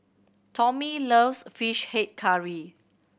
Tommie loves Fish Head Curry